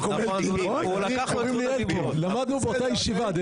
למדנו באותה ישיבה.